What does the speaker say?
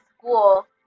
school